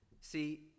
See